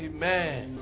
Amen